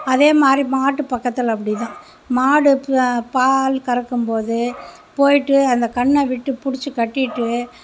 அதே மாதிரி மாட்டு பக்கத்தில் அப்படி தான் மாடு பா பால் கறக்கும் போது போயிவிட்டு அந்த கண்றை விட்டு பிடிச்சி கட்டிவிட்டு